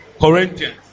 Corinthians